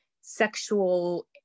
sexual